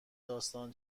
داستان